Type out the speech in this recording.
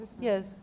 yes